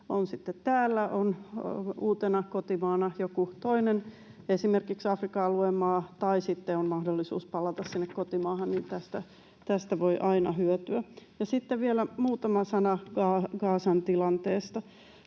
on uutena kotimaana joku toinen, esimerkiksi Afrikan alueen maa, tai sitten on mahdollisuus palata sinne kotimaahan. Tästä voi aina hyötyä. Ja sitten vielä muutama sana Gazan tilanteesta.